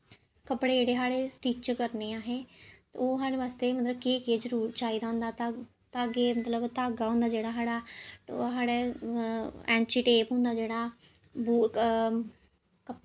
कपड़े जेह्ड़े साढ़े स्टिच करने असें ओह् साढ़े बास्तै मतलब केह् केह् चाहिदा होंदा धाग धागे मतलब धागा होंदा साढ़ा जेह्ड़ा होर साढ़े ऐंची टेप होंदा जेह्ड़ा बूक